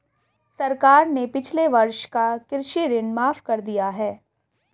सरकार ने पिछले वर्ष का कृषि ऋण माफ़ कर दिया है